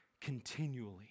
continually